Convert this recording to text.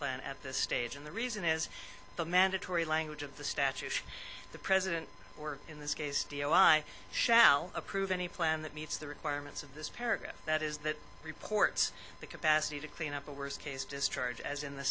plan at this stage and the reason is the mandatory language of the statute the president or in this case i shall approve any plan that meets the requirements of this paragraph that is that reports the capacity to clean up a worst case discharge as in the